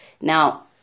Now